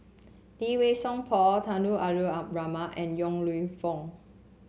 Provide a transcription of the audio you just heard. Lee Wei Song Paul Tunku Abdul Rahman and Yong Lew Foong